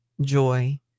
joy